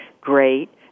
great